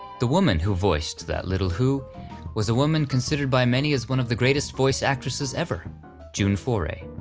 the woman who voiced that little who was a woman considered by many as one of the greatest voice actresses ever june foray.